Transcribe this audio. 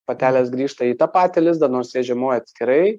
patelės grįžta į tą patį lizdą nors jie žiemoja atskirai